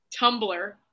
Tumblr